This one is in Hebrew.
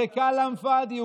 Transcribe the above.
וכלאם פאדי.